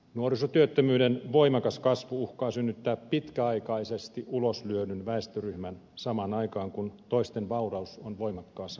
nuorisotyöttömyyden voimakas kasvu uhkaa synnyttää pitkäaikaisesti uloslyödyn väestöryhmän samaan aikaan kun toisten vauraus on voimakkaassa kasvussa